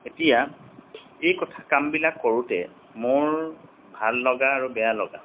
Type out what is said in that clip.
এতিয়া এই কথা কামবিলাক কৰোঁতে মোৰ ভাল লগা আৰু বেয়া লগা